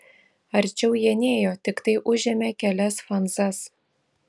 arčiau jie nėjo tiktai užėmė kelias fanzas